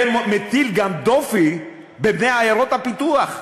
ומטיל גם דופי בבני עיירות הפיתוח,